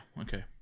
okay